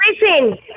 Listen